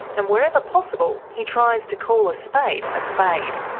and wherever possible he tries to call a spade a spade.